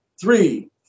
three